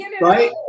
Right